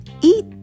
eat